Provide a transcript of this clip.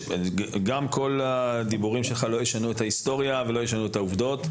גם כל הדיבורים שלך לא ישנו את ההיסטוריה ולא ישנו את העובדות.